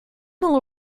will